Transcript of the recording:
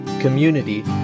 Community